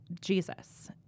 Jesus